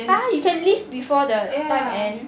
!huh! you can leave before the time end